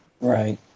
Right